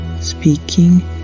speaking